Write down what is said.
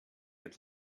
had